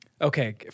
Okay